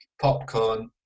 popcorn